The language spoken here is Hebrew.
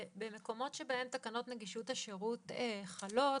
במקומות שבהם תקנות נגישות השירות חלות,